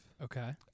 Okay